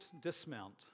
dismount